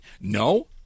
no